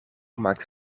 maakt